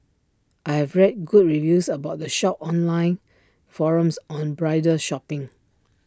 I have read good reviews about the shop on online forums on bridal shopping